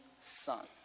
Son